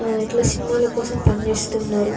ఇట్లా సినిమాల కోసం పని చేస్తున్నారు